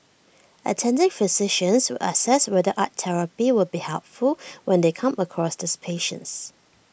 attending physicians will assess whether art therapy will be helpful when they come across these patients